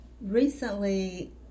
Recently